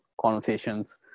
conversations